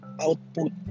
output